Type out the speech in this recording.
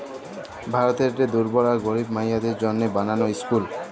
ভারতেরলে দুর্বল আর গরিব মাইয়াদের জ্যনহে বালাল ইসকুল